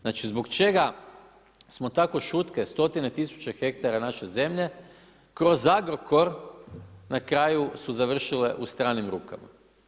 Znači zbog čega smo tako šutke 100 tisuća hektara naše zemlje, kroz Agrokor, na kraju su završile u stranim rukama.